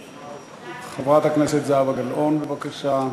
חברת הכנסת זהבה גלאון, בבקשה.